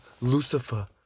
Lucifer